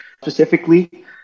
Specifically